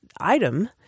item